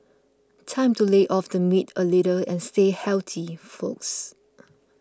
time to lay off the meat a little and stay healthy folks